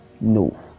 No